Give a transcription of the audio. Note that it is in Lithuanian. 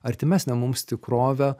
artimesnę mums tikrovę